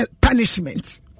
punishment